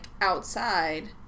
outside